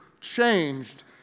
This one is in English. changed